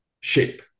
shape